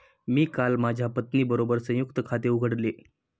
मी काल माझ्या पत्नीबरोबर संयुक्त खाते उघडले